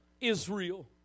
Israel